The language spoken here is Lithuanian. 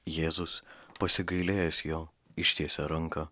jėzus pasigailėjęs jo ištiesė ranką